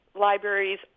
libraries